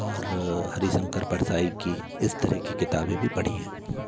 और हरिशंकर परसाई की इस तरह की किताबें भी पढ़ी हैं